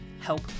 help